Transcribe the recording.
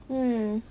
mm